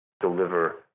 deliver